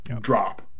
drop